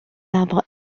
arbres